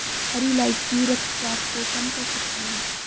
हरी इलायची रक्तचाप को कम कर सकता है